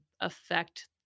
affect